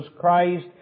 Christ